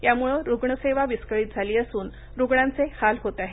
यामुळ रुग्णसेवा विस्कळीत झाली असून रुग्णांचे हाल होत आहेत